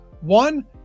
One